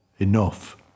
enough